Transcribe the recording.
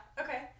okay